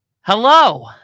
Hello